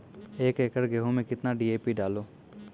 एक एकरऽ गेहूँ मैं कितना डी.ए.पी डालो?